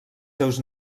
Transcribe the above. seus